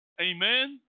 Amen